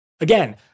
Again